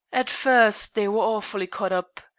at first they were awfully cut up.